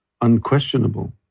unquestionable